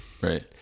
Right